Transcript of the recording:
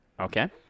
Okay